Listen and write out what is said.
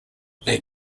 they